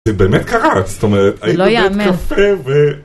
זה באמת קרה, זאת אומרת, הייתי בבית קפה ו...